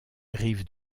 rive